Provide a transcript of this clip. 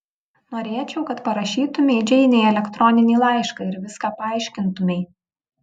norėčiau kad parašytumei džeinei elektroninį laišką ir viską paaiškintumei